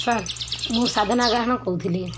sir ମୁଁ ଗାହାଣ କହୁଥିଲି